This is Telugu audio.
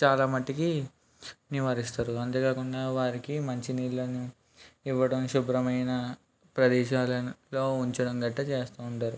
చాలా మటుకు నివారిస్తారు అంతే కాకుండా వారికీ మంచి నీళ్ళను ఇవ్వడం శుభ్రమైన ప్రదేశాలలో ఉంచడం గట్ర చేస్తుంటారు